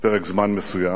פרק זמן מסוים,